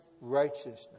righteousness